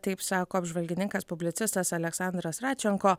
taip sako apžvalgininkas publicistas aleksandras radčenko